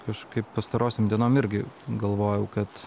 kažkaip pastarosiom dienom irgi galvojau kad